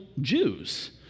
Jews